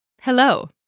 Hello